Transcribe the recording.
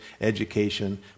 education